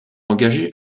engager